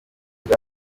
umwe